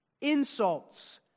Insults